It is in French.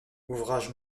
ouvrage